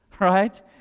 Right